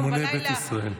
המוני בית ישראל.